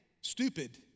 stupid